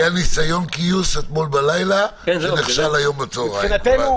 היה ניסיון גיוס אתמול בלילה שנכשל היום בצוהריים בוועדת הכנסת.